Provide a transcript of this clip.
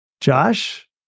Josh